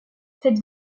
cette